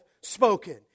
spoken